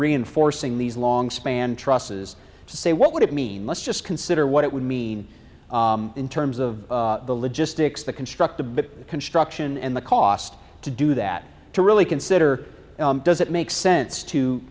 reinforcing these long span trusses to say what would it mean let's just consider what it would mean in terms of the logistics the construct the construction and the cost to do that to really consider does it make sense to